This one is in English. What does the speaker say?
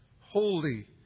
holy